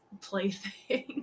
plaything